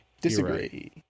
Disagree